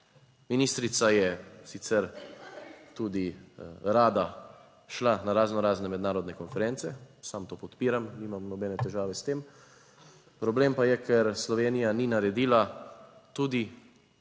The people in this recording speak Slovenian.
Ministrica je sicer tudi rada šla na razno razne mednarodne konference - sam to podpiram, nimam nobene težave s tem - problem pa je, ker Slovenija ni naredila tudi